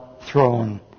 throne